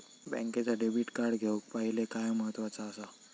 बँकेचा debit card घेउक पाहिले काय महत्वाचा असा?